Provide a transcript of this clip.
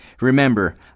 Remember